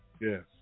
Yes